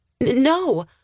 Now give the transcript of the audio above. No